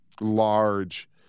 large